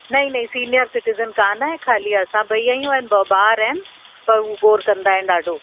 नही नही senior citizen कोन आहे ख़ाली असां ॿई आहियूं ऐं ॿ ॿार आहिनि त उहे गोर कंदा आहिनि ॾाढो